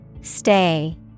Stay